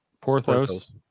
Porthos